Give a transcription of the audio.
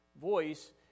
voice